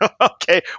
Okay